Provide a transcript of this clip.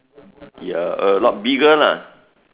ya a lot bigger lah